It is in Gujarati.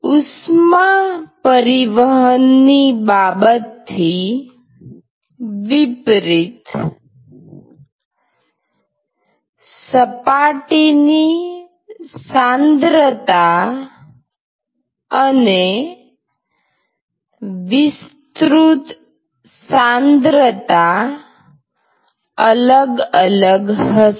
ઉષ્મા પરિવહનની બાબત થી વિપરીત સપાટીની સાંદ્રતા અને વિસ્તૃત સાંદ્રતા ઘન પ્રવાહી પદાર્થ માં અલગ અલગ હશે